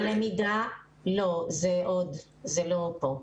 לא, זה עוד לא פה.